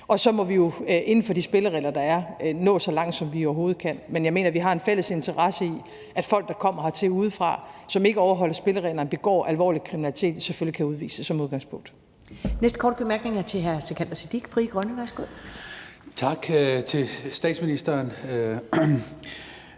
og så må vi jo inden for de spilleregler, der er, nå så langt, som vi overhovedet kan. Men jeg mener, at vi har en fælles interesse i, at folk, der kommer hertil udefra, og som ikke overholder spillereglerne og begår alvorlig kriminalitet, selvfølgelig som udgangspunkt